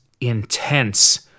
intense